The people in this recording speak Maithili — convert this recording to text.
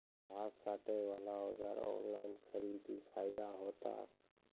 घास काटे बला औजार ऑनलाइन खरीदी फायदा होता?